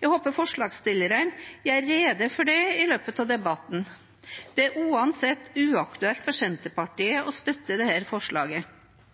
Jeg håper forslagsstillerne gjør rede for det i løpet av debatten. Det er uansett uaktuelt for Senterpartiet å støtte dette forslaget.